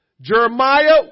Jeremiah